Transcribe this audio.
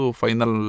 final